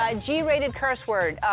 ah g-rated curse word,